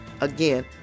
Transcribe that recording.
again